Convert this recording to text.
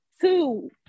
Two